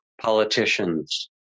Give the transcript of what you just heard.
politicians